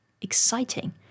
exciting